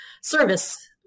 service